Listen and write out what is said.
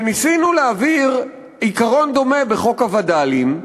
להעביר עיקרון דומה בחוק הווד"לים,